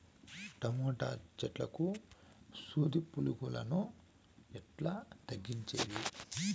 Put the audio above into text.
Tomato చెట్లకు సూది పులుగులను ఎట్లా తగ్గించేది?